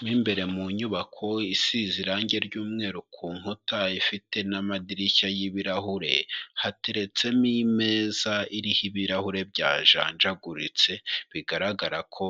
Mo imbere mu nyubako, isize irangi ry'umweru ku nkuta, ifite n'amadirishya y'ibirahure. hateretsemo imeza, iriho ibirahure byajanjaguritse, bigaragara ko,